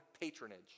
patronage